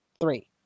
Three